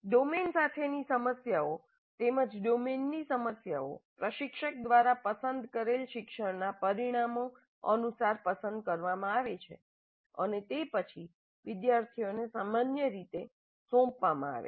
domain સાથેની સમસ્યાઓ તેમજ ડોમેનની સમસ્યાઓ પ્રશિક્ષક દ્વારા પસંદ કરેલ શિક્ષણના પરિણામો અનુસાર પસંદ કરવામાં આવે છે અને તે પછી વિદ્યાર્થીઓને સામાન્ય રીતે સોંપવામાં આવે છે